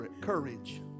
courage